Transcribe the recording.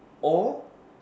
or